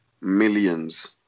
millions